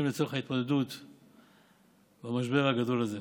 לצורך התמודדות עם המשבר הגדול הזה.